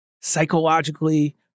Psychologically